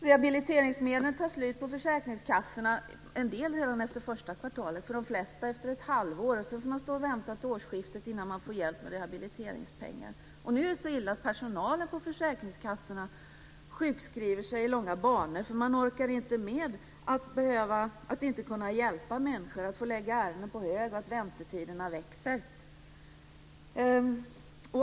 Rehabiliteringsmedlen tar slut på försäkringskassan, för en del kassor redan efter första kvartalet, för de flesta kassorna efter ett halvår. Sedan får de som behöver hjälp vänta till årsskiftet innan de kan få hjälp med rehabiliteringspengar. Nu är det så illa att personalen på försäkringskassorna sjukskriver sig i långa banor för de inte orkar med att inte kunna hjälpa människor, för att ärenden läggs på hög och för att väntetiderna växer.